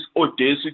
audacity